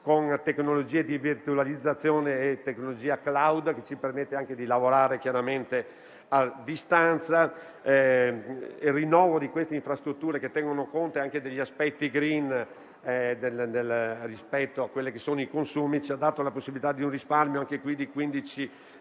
con tecnologie di virtualizzazione e tecnologie *cloud*, che ci permettono di lavorare a distanza. Il rinnovo di queste infrastrutture, che tengono conto anche degli aspetti *green* rispetto ai consumi, ci ha dato la possibilità di un risparmio di 15 milioni di euro